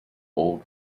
old